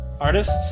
artists